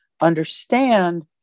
understand